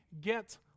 get